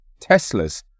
Teslas